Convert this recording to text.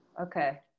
Okay